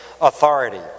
authority